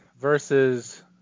versus